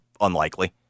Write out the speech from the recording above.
unlikely